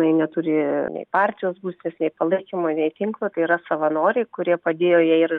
jinai neturi nei partijos būstinės nei palaikymo nei tinklo tai yra savanoriai kurie padėjo jai ir